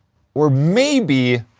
or maybe.